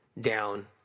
down